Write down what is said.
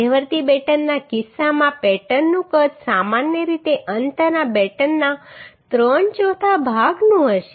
મધ્યવર્તી બેટનના કિસ્સામાં પેટર્નનું કદ સામાન્ય રીતે અંતના બેટનના ત્રણ ચોથા ભાગનું હશે